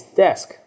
desk